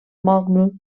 marne